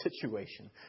situation